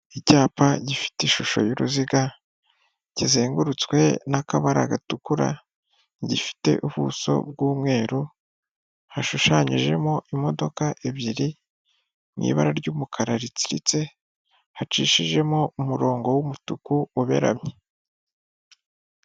Icyapa gifite ishusho y'uruziga kizengurutswe n'akabara gatukura gifite, ubuso bw'umweru hashushanyijemo imodoka ebyiri, mu ibara ry'umukara ritsiritse hacishijemo umurongo w'umutuku uberamye.